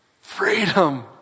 Freedom